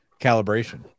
calibration